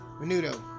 menudo